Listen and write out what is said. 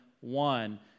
one